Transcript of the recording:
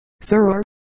sir